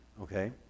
Okay